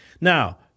Now